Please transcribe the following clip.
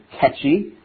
catchy